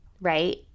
right